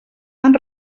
han